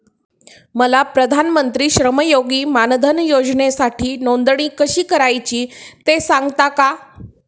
मला प्रधानमंत्री श्रमयोगी मानधन योजनेसाठी नोंदणी कशी करायची ते सांगता का?